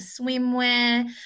swimwear